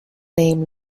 name